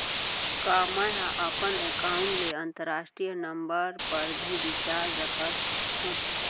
का मै ह अपन एकाउंट ले अंतरराष्ट्रीय नंबर पर भी रिचार्ज कर सकथो